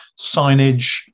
signage